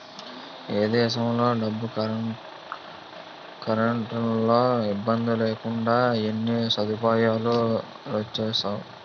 ఏ దేశంలో డబ్బు కర్సెట్టడంలో ఇబ్బందిలేకుండా ఎన్ని సదుపాయాలొచ్చేసేయో